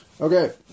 Okay